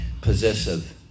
possessive